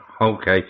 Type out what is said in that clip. okay